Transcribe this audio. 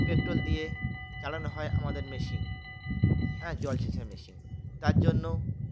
petrol দিয়ে চালানো হয় আমাদের মেশিন হ্যাঁ জল সেচা মেশিন তার জন্য